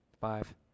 Five